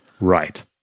Right